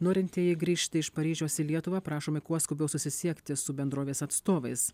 norintieji grįžti iš paryžiaus į lietuvą prašomi kuo skubiau susisiekti su bendrovės atstovais